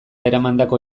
eramandako